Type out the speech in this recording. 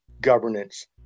governance